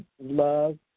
love